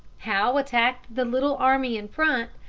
howe attacked the little army in front,